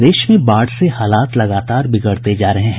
प्रदेश में बाढ़ से हालात लगातार बिगड़ते जा रहे हैं